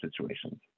situations